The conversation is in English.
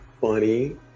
funny